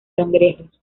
cangrejos